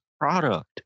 Product